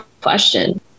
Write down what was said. question